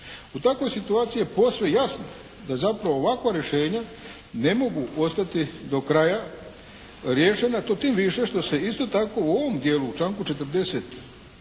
U takvoj situaciji je posve jasno da zapravo ovakva rješenja ne mogu ostati do kraja riješena, to tim više što se isto tako u ovom dijelu u članku 45.